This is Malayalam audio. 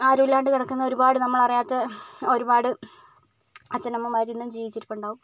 ആരുമില്ലാണ്ട് കിടക്കുന്ന ഒരുപാട് നമ്മൾ അറിയാത്ത ഒരുപാട് അച്ഛൻ അമ്മമാർ ഇന്നും ജീവിച്ചിരിപ്പുണ്ടാവും